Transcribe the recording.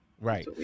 Right